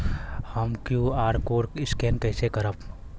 हम QR code scan कइसे करब?